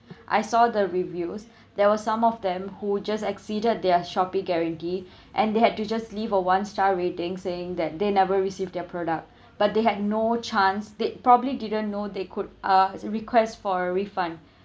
I saw the reviews there was some of them who just exceeded their Shopee guarantee and they had to just leave a one star rating saying that they never receive their product but they had no chance they probably didn't know they could uh request for a refund